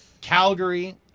Calgary